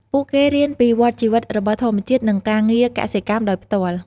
ពួកគេរៀនពីវដ្តជីវិតរបស់ធម្មជាតិ និងការងារកសិកម្មដោយផ្ទាល់។